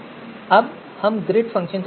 अब हम grid function चलाते हैं